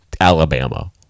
Alabama